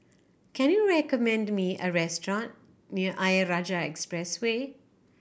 can you recommend me a restaurant near Ayer Rajah Expressway